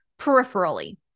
peripherally